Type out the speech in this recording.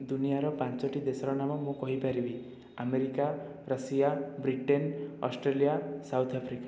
ଦୁନିଆର ପାଞ୍ଚୋଟି ଦେଶର ନାମ ମୁଁ କହିପାରିବି America Russia Britain Australia South Africa